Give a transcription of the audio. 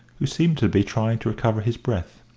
who seemed to be trying to recover his breath.